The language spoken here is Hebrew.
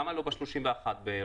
למה לא ב-31 בינואר?